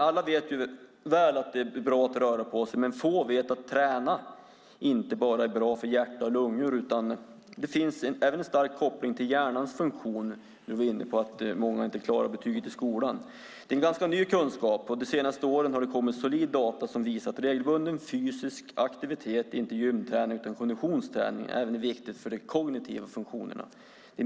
Alla vet väl att det är bra att röra på sig, men få vet att träning inte bara är bra för hjärta och lungor. Det finns även en stark koppling till hjärnans funktion, och du var inne på att många inte klarar betygen i skolan. Detta är ganska ny kunskap. De senaste åren har det kommit solida data som visar att regelbunden fysisk aktivitet - inte gymträning utan konditionsträning - även är viktig för de kognitiva funktionerna.